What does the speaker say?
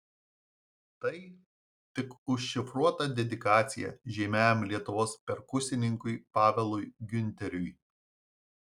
tai tik užšifruota dedikacija žymiajam lietuvos perkusininkui pavelui giunteriui